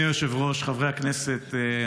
אדוני היושב-ראש, חברי הכנסת,